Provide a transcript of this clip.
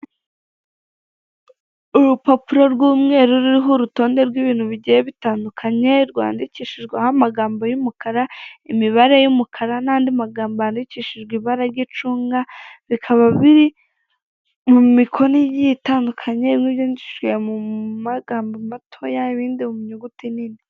Urupapuro rw'umweru ririho urutonde rw'ibintu bigiye bitandukanye; rwandikishijweho amagambo y'umukara, imibare y'umukara n'andi magambo yandikishijwe ibara ry'icunga. Bikaba biri mu mikono igiye itandukanye, bimwe byandikishijwe mu magambo matoya ibindi mu nyuguti nini.